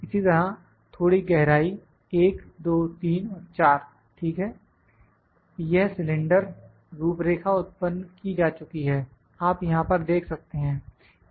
इसी तरह थोड़ी गहराई 1 2 3 और 4 ठीक है यह सिलेंडर रूपरेखा उत्पन्न की जा चुकी है आप यहां पर देख सकते हैं